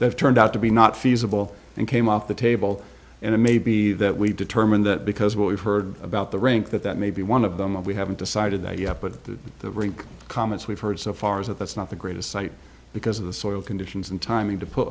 that turned out to be not feasible and came off the table and it may be that we determine that because what we've heard about the rank that that may be one of them we haven't decided that yet but the comments we've heard so far is that that's not the greatest site because of the soil conditions and timing to put